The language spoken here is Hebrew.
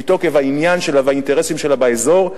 מתוקף העניין שלה והאינטרסים שלה באזור,